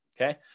Okay